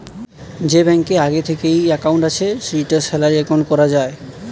যে ব্যাংকে আগে থিকেই একাউন্ট আছে সেটাকে স্যালারি একাউন্ট কোরা যায়